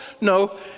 no